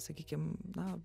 sakykim na